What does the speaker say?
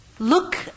Look